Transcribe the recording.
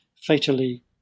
fatally